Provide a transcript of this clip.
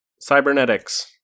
cybernetics